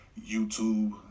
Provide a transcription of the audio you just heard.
YouTube